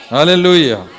Hallelujah